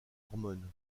hormone